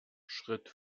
schritt